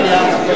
כן.